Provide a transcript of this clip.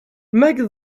make